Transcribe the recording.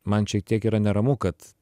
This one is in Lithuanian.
man šiek tiek yra neramu kad